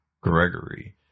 Gregory